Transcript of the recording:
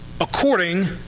According